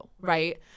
right